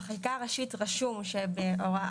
בחלקה הראשית רשום שבהוראת,